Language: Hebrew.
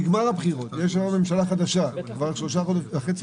הבחירות נגמרו ויש ממשלה חדשה כבר שלושה חודשים.